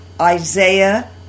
Isaiah